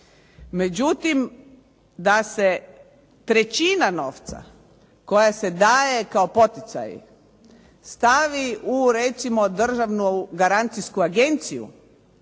Međutim, da se trećina novca koja se daje kao poticaj, stavi u recimo Državnu garancijsku agenciju